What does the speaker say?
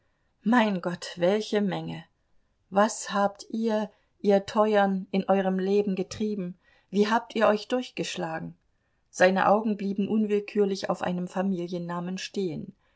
mein gott welche menge was habt ihr ihr teuern in eurem leben getrieben wie habt ihr euch durchgeschlagen seine augen blieben unwillkürlich auf einem familiennamen stehen